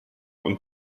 und